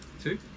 Two